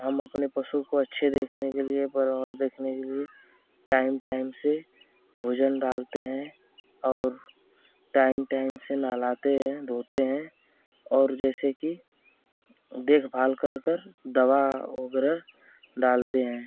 हम अपने पशु को अच्छे देखने के लिए परवर देखने के लिए टाइम टाइम से भोजन डालते हैं और टाइम टाइम से नहलाते हैं धोते हैं और जैसे कि देखभाल कर कर दवा वगैरह डालते हैं